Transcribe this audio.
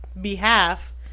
behalf